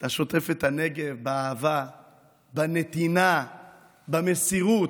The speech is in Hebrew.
אתה שוטף את הנגב באהבה, בנתינה, במסירות,